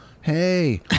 Hey